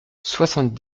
soixante